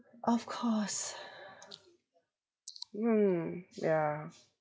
of course mm yeah